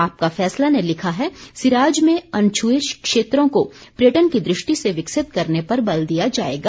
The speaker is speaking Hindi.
आपका फैसला ने लिखा है सिराज में अनछुए क्षेत्रों को पर्यटन की दृष्टि से विकसित करने पर बल दिया जाएगा